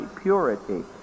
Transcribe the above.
purity